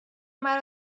مرا